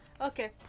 Okay